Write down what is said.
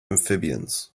amphibians